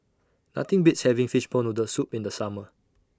Nothing Beats having Fishball Noodle Soup in The Summer